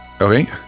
Okay